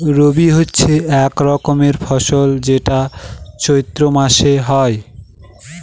রবি হচ্ছে এক রকমের ফসল যেটা চৈত্র মাসে হয়